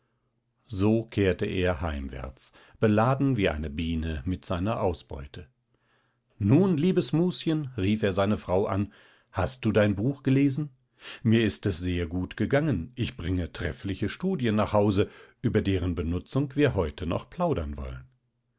so kehrte er heimwärts beladen wie eine biene mit seiner ausbeute nun liebes mus'chen rief er seine frau an hast du dein buch gelesen mir ist es sehr gut gegangen ich bringe treffliche studien nach hause über deren benutzung wir heute noch plaudern wollen